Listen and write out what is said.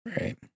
right